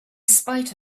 spite